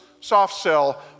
soft-sell